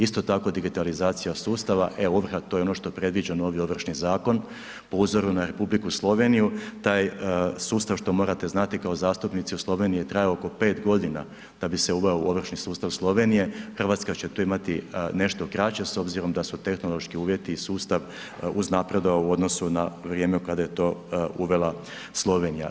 Isto tako digitalizacija sustava, e-ovrha, to je ono što predviđa novi Ovršni zakon, po uzoru na Republiku Sloveniju, taj sustav što morate znati kao zastupnici, u Sloveniji je trajao oko 4 g. da bi se uveo u ovršni sustav Slovenije, Hrvatska će to imati nešto kraće s obzirom da su tehnološki uvjeti i sustav uznapredovao u odnosu na vrijeme kada je to uvela Slovenija.